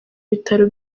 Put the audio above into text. bitaro